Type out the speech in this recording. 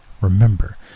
remember